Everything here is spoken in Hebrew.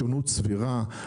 שונות סבירה,